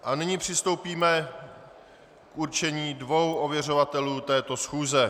A nyní přistoupíme k určení dvou ověřovatelů této schůze.